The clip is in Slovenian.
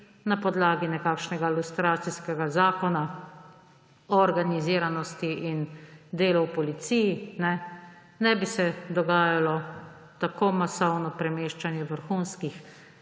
na podlagi nekakšnega lustracijskega Zakona o organiziranosti in delu v policiji. Ne bi se dogajalo tako masovno premeščanje vrhunskih